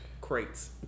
Crates